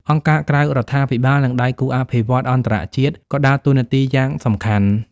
អង្គការក្រៅរដ្ឋាភិបាល និងដៃគូអភិវឌ្ឍន៍អន្តរជាតិក៏ដើរតួនាទីយ៉ាងសំខាន់។